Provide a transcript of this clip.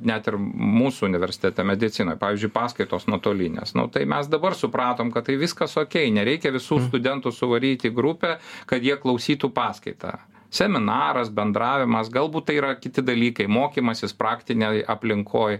net ir mūsų universitete medicinoj pavyžiui paskaitos nuotolinės nu tai mes dabar supratom kad tai viskas okei nereikia visų studentų suvaryt į grupę kad jie klausytų paskaitą seminaras bendravimas galbūt tai yra kiti dalykai mokymasis praktinėj aplinkoj